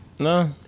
No